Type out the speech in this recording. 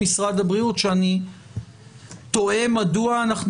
-- משרד הבריאות שאני תוהה מדוע אנחנו